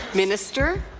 minister?